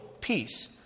peace